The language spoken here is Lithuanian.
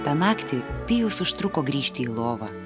tą naktį pijus užtruko grįžti į lovą